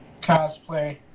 cosplay